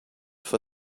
for